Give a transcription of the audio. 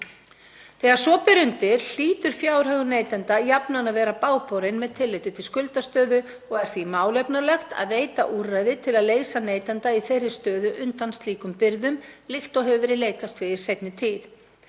Þegar svo ber undir hlýtur fjárhagur neytenda jafnan að vera bágborinn með tilliti til skuldastöðu og er því málefnalegt að veita úrræði til að leysa neytanda í þeirri stöðu undan slíkum byrðum, líkt og hefur verið leitast við í seinni tíð,